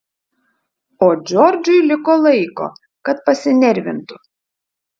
o džordžui liko laiko kad pasinervintų